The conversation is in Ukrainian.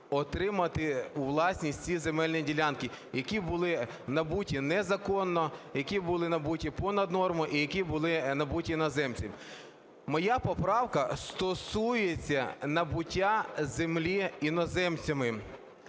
отримати у власність ці земельні ділянки, які були набуті незаконно, які були набуті понад норму і які були набуті іноземцями. Моя поправка стосується набуття землі іноземцями.